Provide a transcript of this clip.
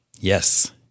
Yes